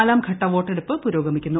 നാലാംഘട്ട വോട്ടെടുപ്പ് പുരോഗമിക്കുന്നു